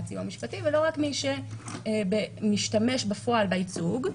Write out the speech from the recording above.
סיוע משפטי ולא רק מי שמשתמש בפועל בייצוג.